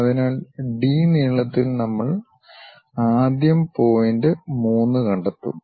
അതിനാൽ ഡി നീളത്തിൽ നമ്മൾ ആദ്യം പോയിന്റ് 3 കണ്ടെത്തും